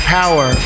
power